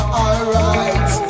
alright